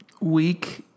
Week